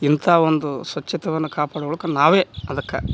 ಇಂಥ ಒಂದು ಸ್ವಚ್ಛತಯನ್ನ ಕಾಪಾಡ್ಕೊಳಕ್ಕೆ ನಾವೇ ಅದಕ್ಕೆ